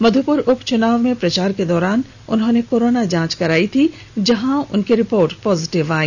मधुपुर उपचुनाव में प्रचार के दौरान उन्होंने कोरोना जांच कराई थी जहां उनकी रिपोर्ट पॉजिटिव आई